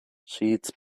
sheets